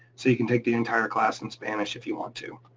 so you can take the entire class in spanish if you want to.